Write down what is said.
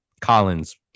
Collins